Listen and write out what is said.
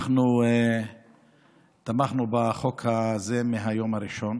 אנחנו תמכנו בחוק הזה מהיום הראשון,